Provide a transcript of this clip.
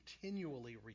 continually